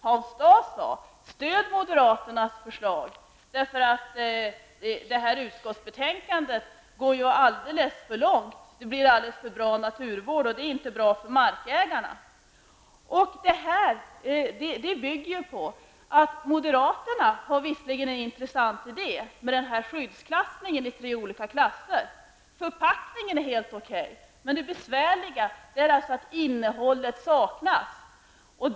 Hans Dau sade: Stöd moderaternas förslag, eftersom utskottets förslag går alldeles för långt -- det ger en alldeles för bra naturvård, och det är inte bra för markägarna. Visserligen är moderaternas idé om tre skyddsklasser intressant. Förpackningen är helt okej, men det besvärliga är att innehåll saknas.